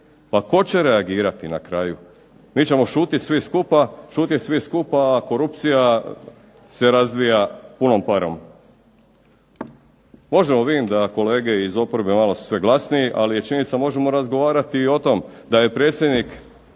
Pa tko će reagirati na kraju? Mi ćemo šutjeti svi skupa, a korupcija se razvija punom parom. Možemo, vidim da kolege iz oporbe malo su sve glasniji. Ali je činjenica možemo razgovarati i o tom da je predsjednik,